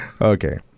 Okay